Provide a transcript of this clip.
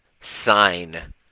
sign